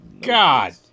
god